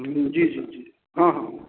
जी जी जी हँ हँ